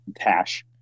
cash